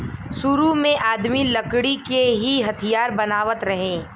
सुरु में आदमी लकड़ी के ही हथियार बनावत रहे